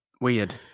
weird